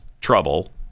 trouble